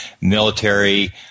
military